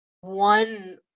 one